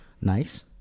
nice